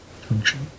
function